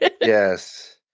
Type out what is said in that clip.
Yes